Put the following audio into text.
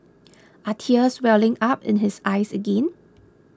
are tears welling up in his eyes again